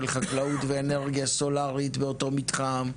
חקלאות ואנרגיה סולארית באותו מתחם,